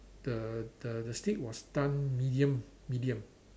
the the the steak was done medium medium